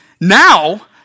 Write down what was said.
Now